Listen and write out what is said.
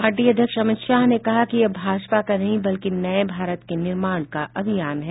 party अध्यक्ष अमित शाह ने कहा कि यह भाजपा का नहीं बल्कि नये भारत के निर्माण का अभियान है